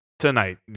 tonight